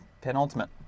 Penultimate